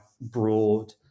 broad